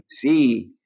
see